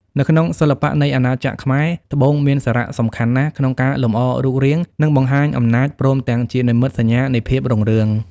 នៅក្នុងសិល្បៈនៃអាណាចក្រខ្មែរ ត្បូងមានសារៈសំខាន់ណាស់ក្នុងការលម្អរូបរាង និងបង្ហាញអំណាច ព្រមទាំងជានិមិត្តសញ្ញានៃភាពរុងរឿង។